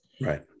Right